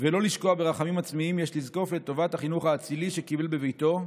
ולא לשקוע ברחמים עצמיים יש לזקוף לטובת החינוך האצילי שקיבל בביתו.